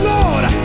Lord